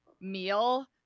meal